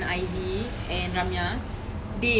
same eh now all like free also no queue